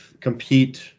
compete